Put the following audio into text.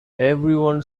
everyone